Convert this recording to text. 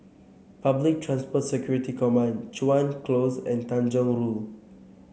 Public Transport Security Command Chuan Close and Tanjong Rhu